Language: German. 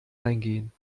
eingehen